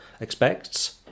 expects